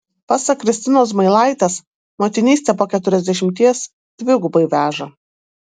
pasak kristinos zmailaitės motinystė po keturiasdešimties dvigubai veža